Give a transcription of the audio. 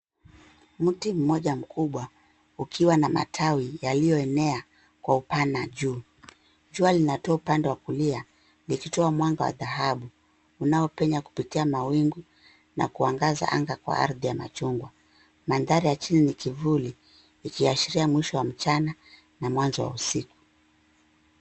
Mti mmoja mkubwa ukiwa na matawi yalioenea kwa upana juu. Jua linatua upande wa kulia likitoa mwanga wa dhahabu, unaopenya kupitia mawingu na kuangaza anga kwa ardhi ya machungwa. Mandhari ya chini ni kivuli ikiashiria mwisho wa mchana na mwanzo wa usiku.